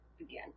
again